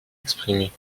exprimée